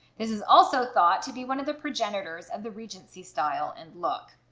this is also thought to be one of the progenitors of the regency style and look,